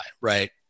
right